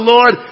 Lord